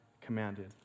commanded